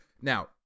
Now